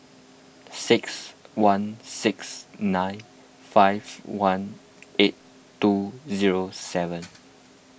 six one six nine five one eight two zero seven